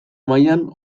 mailan